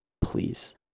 Please